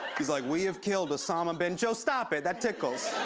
he's like, we have killed osama bin joe, stop it. that tickles.